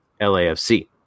lafc